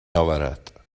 اورد